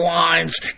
lines